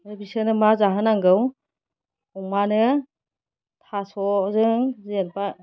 ओमफ्राय बिसोरनो मा जाहोनांगौ अमानो थास'जों जेनेबा